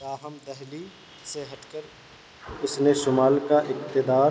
تاہم دہلی سے ہٹ کر اس نے شمال کا اقتدار